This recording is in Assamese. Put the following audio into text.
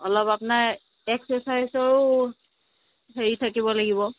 অলপ আপোনাৰ এক্সৰেচাইছৰো হেৰি থাকিব লাগিব